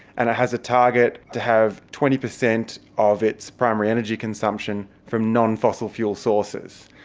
and it has a target to have twenty percent of its primary energy consumption from non-fossil fuel sources.